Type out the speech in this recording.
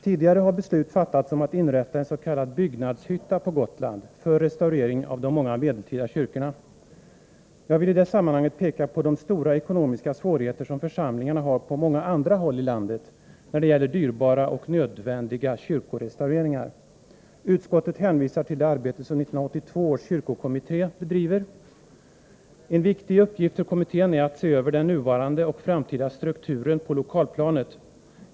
Tidigare har beslut fattats omattinrätta ens.k. byggnadshytta på Gotland för restaurering av de många medeltida kyrkorna. Jag vill i det sammanhanget peka på de stora ekonomiska svårigheter som församlingarna har på många andra håll i landet, när det gäller dyrbara och nödvändiga kyrkorestaureringar. Utskottet hänvisar till det arbete som 1982 års kyrkokommitté bedriver. En viktig uppgift för kommittén är att se över den nuvarande och framtida strukturen på lokalplanet.